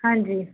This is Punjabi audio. ਹਾਂਜੀ